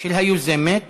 של היוזמת